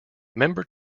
member